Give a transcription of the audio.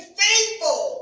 faithful